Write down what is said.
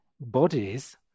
bodies